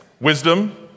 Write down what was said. Wisdom